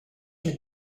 mit